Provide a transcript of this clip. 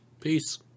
Peace